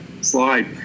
slide